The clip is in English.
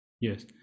yes